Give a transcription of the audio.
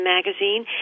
Magazine